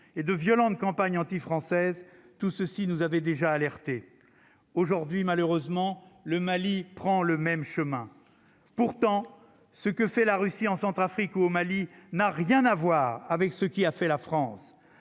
et de violentes campagnes anti-tout ceci nous avait déjà alertés aujourd'hui malheureusement le Mali prend le même chemin, pourtant ce que fait la Russie en Centrafrique, au Mali, n'a rien à voir avec ce qui a fait la France